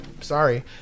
Sorry